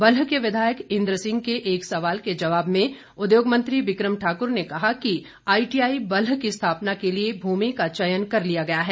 बल्ह के विधायक इंद्र सिंह के एक सवाल के जवाब में उद्योग मंत्री बिक्रम ठाकुर ने कहा कि आईटीआई बल्ह की स्थापना के लिए भूमि का चयन कर लिया गया है